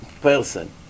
person